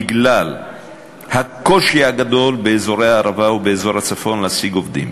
בגלל הקושי הגדול באזורי הערבה ובאזור הצפון להשיג עובדים,